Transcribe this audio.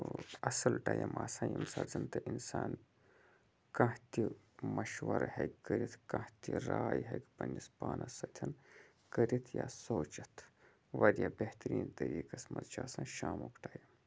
اصل ٹایم آسان ییٚمہِ ساتہٕ زَنتہِ اِنسان کانٛہہ تہِ مَشوَر ہیٚکہِ کٔرِتھ کانٛہہ تہِ راے ہیٚکہِ پَننِس پانَس سۭتۍ کٔرِتھ یا سوٗنٛچِتھ واریاہ بہتریٖن طریٖقَس مَنٛز چھُ آسان شامُک ٹایم